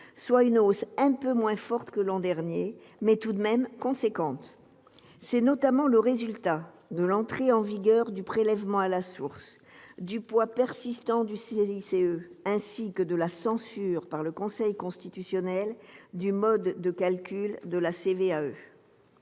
soit une hausse un peu moins forte que l'an dernier, mais tout de même importante, qui résulte, notamment, de l'entrée en vigueur du prélèvement à la source, du poids persistant du CICE, ainsi que de la censure par le Conseil constitutionnel du mode de calcul de la CVAE.